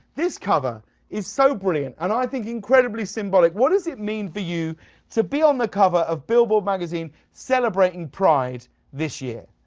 this cover is so brilliant and i think incredibly symbolic. what does it mean for you to be on the cover of billboard magazine celebrating pride this year?